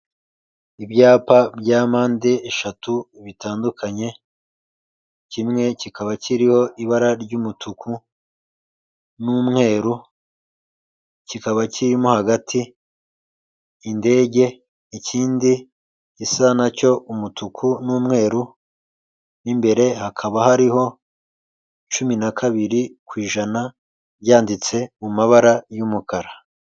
ibyapa bya mpande eshatu bitandukanye kimwe kikaba kiriho ibara ry'umutuku n'umweru kikaba kirimo hagati, indege ikindi gisa nacyo umutuku n'umweru mu imbere hakaba hariho cumi na kabiri ku ijana byanditse mu mabara y'umukara.